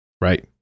Right